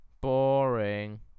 Boring